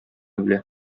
белә